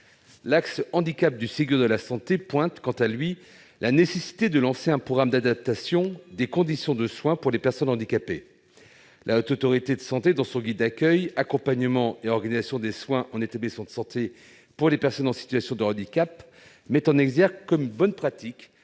L'axe « handicap » du Ségur de la santé a pointé la nécessité de lancer un programme d'adaptation des conditions de soins pour les personnes handicapées. La Haute Autorité de santé (HAS), dans son guide « Accueil, accompagnement et organisation des soins en établissement de santé pour les personnes en situation de handicap », met en exergue comme bonne pratique